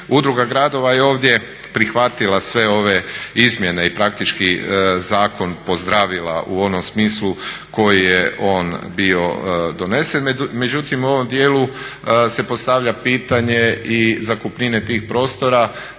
Udruga gradova je ovdje prihvatila sve ove izmjene i praktički zakon pozdravila u onom smislu koji je bio donesen, međutim u ovom dijelu se postavlja pitanje i zakupnine tih prostora